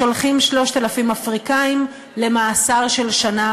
שולחים 3,000 אפריקנים למאסר של שנה